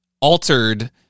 altered